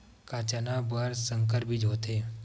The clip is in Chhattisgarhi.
का चना बर संकर बीज होथे?